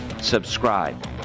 subscribe